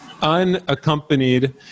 unaccompanied